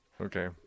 Okay